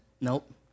Nope